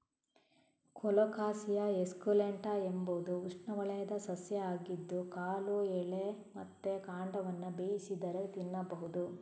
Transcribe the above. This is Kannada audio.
ಕೊಲೊಕಾಸಿಯಾ ಎಸ್ಕುಲೆಂಟಾ ಎಂಬುದು ಉಷ್ಣವಲಯದ ಸಸ್ಯ ಆಗಿದ್ದು ಕಾಳು, ಎಲೆ ಮತ್ತೆ ಕಾಂಡವನ್ನ ಬೇಯಿಸಿದರೆ ತಿನ್ಬಹುದು